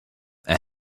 and